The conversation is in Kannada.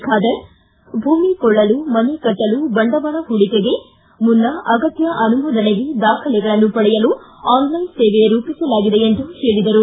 ಖಾದರ್ ಮಾತನಾಡಿ ಭೂಮಿ ಕೊಳ್ಳಲು ಮನೆ ಕಟ್ಟಲು ಬಂಡವಾಳ ಹೂಡಿಕೆಗೆ ಮುನ್ನ ಅಗತ್ಯ ಅನುಮೋದನೆಗೆ ದಾಖಲೆಗಳನ್ನು ಪಡೆಯಲು ಆನ್ಲೈನ್ ಸೇವೆ ರೂಪಿಸಲಾಗಿದೆ ಎಂದರು